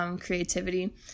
Creativity